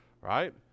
Right